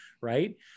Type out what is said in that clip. right